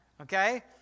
Okay